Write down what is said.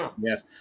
yes